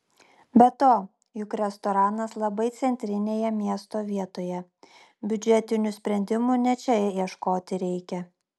be to juk restoranas labai centrinėje miesto vietoje biudžetinių sprendimų ne čia ieškoti reikia